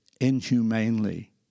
inhumanely